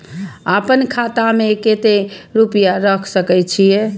आपन खाता में केते रूपया रख सके छी?